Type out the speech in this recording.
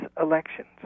elections